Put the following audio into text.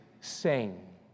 sing